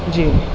جی